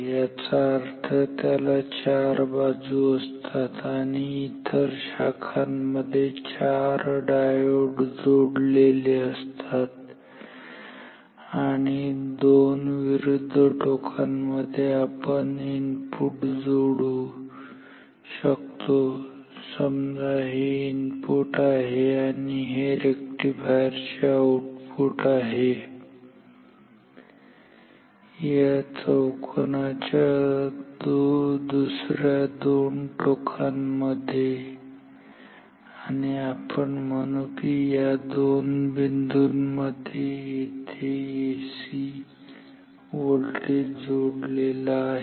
याचा अर्थ त्याला चार बाजू असतात आणि चार शाखांमध्ये चार डायोड जोडलेले असतात आणि दोन विरुद्ध टोकांमध्ये आपण इनपुट जोडू शकतो समजा हे इनपुट आहे आणि हे रेक्टिफायरचे आउटपुट आहे या चौकोनाच्या दुसऱ्या दोन टोकांमध्ये आणि आपण म्हणू या की या दोन बिंदूंमध्ये येथे आपण एसी व्होल्टेज जोडलेला आहे